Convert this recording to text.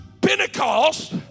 Pentecost